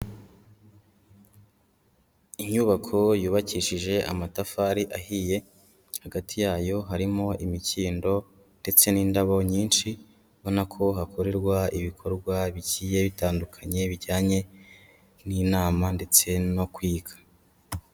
Inyubako yubakishije amatafari ahiye, hagati yayo harimo imikindo ndetse n'indabo nyinshi ubona ko hakorerwa ibikorwa bigiye bitandukanye bijyanye n'inama ndetse no kwiga.